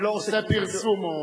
עושה פרסום או,